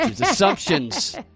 assumptions